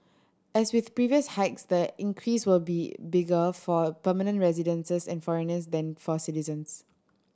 as with previous hikes the increase will be bigger for permanent residents and foreigners than for citizens